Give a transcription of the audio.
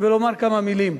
ולומר כמה מלים.